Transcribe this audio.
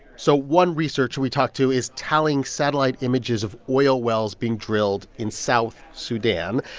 so one researcher we talked to is tallying satellite images of oil wells being drilled in south sudan.